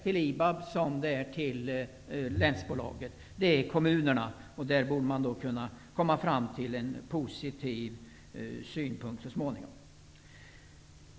IBAB och länsbolaget har samma ägare, kommunerna, och de borde så småningom kunna komma fram till en positiv lösning.